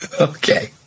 Okay